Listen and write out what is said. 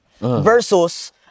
Versus